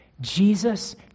Jesus